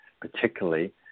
particularly